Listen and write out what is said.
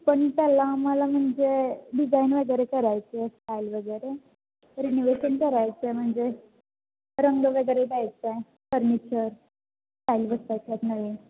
पण त्याला आम्हाला म्हणजे डिजाईन वगैरे करायचं आहे स्टायल वगैरे रीनोवेशन करायचं आहे म्हणजे रंग वगैरे द्यायचं आहे फर्निचर टाईल बसवायच्या आहेत नवीन